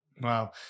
Wow